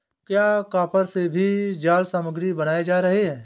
क्या कॉपर से भी जाल सामग्री बनाए जा रहे हैं?